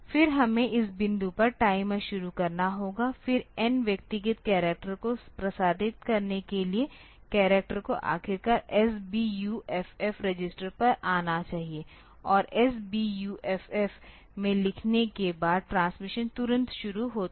फिर हमें इस बिंदु पर टाइमर शुरू करना होगा फिर n व्यक्तिगत करैक्टर को प्रसारित करने के लिए करैक्टर को आखिरकार SBUFF रजिस्टर पर आना चाहिए और SBUFF में लिखने के बाद ट्रांसमिशन तुरंत शुरू होता है